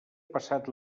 passat